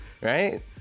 right